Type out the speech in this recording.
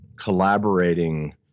collaborating